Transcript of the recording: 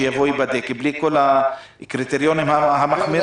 שיבוא להיבדק בלי כל הקריטריונים המחמירים?